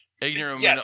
Ignorant